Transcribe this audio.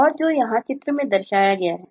और जो यहाँ चित्र में दर्शाया गया है